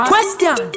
Question